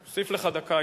אוסיף לך דקה,